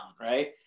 right